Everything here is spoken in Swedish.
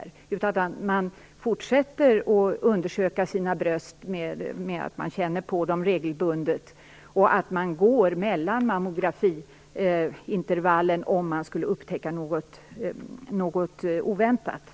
Man måste fortsätta att undersöka sina bröst genom att känna på dem regelbundet, och skulle man upptäcka något oväntat mellan mammografiintervallen, bör man kontrollera saken.